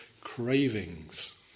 cravings